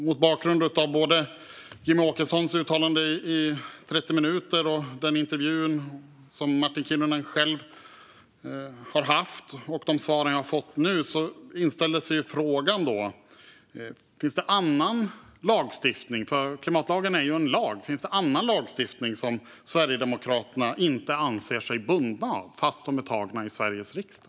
Mot bakgrund av Jimmie Åkessons uttalande i 30 minuter , intervjun med Martin Kinnunen själv och de svar jag har fått nu inställer sig frågan om det finns annan lagstiftning - för klimatlagen är ju en lag - som Sverigedemokraterna inte anser sig bundna av, fastän den är beslutad i Sveriges riksdag?